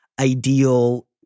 ideal